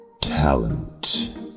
Talent